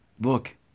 look